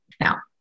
Now